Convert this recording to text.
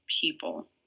people